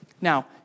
Now